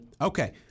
Okay